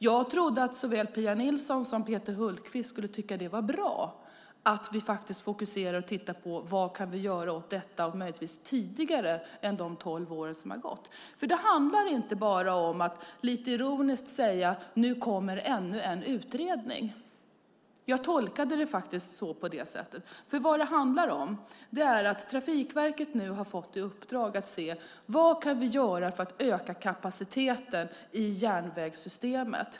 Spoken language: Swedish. Jag trodde att såväl Pia Nilsson som Peter Hultqvist skulle tycka det var bra att vi fokuserar på vad vi kan göra åt detta och möjligtvis tidigare än de tolv år som har gått. Det handlar ju inte bara om att lite ironiskt säga att nu kommer ännu en utredning. Jag tolkade det faktiskt på det sättet. Vad det handlar om är att Trafikverket nu har fått i uppdrag att se vad vi kan göra för att öka kapaciteten i järnvägssystemet.